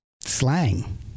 slang